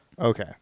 Okay